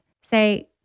say